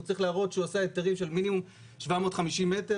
הוא צריך לעשות שהוא עשה היתרים של מינימום 750 מטר.